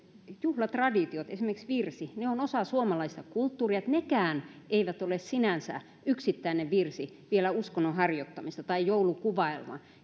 juhlatraditiot esimerkiksi virsi ovat osa suomalaista kulttuuria eli nekään eivät ole sinänsä yksittäinen virsi vielä uskonnon harjoittamista tai joulukuvaelma